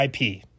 IP